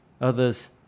others